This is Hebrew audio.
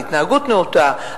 להתנהגות נאותה,